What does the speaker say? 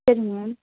செரிங்க மேம்